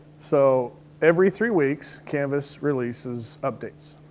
so every three weeks, canvas releases updates,